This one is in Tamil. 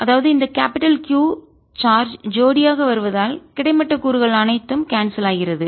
அதாவது இந்த கேபிடல் பெரிய Q சார்ஜ் ஜோடியாக இரட்டை வாரியாக வருவதால் கிடைமட்ட கூறுகள் அனைத்தும் கான்செல் ஆகிறது